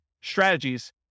strategies